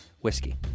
whiskey